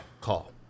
call